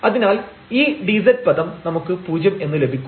അതിനാൽ ഈ dz പദം നമുക്ക് പൂജ്യം എന്ന് ലഭിക്കും